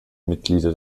mitglieder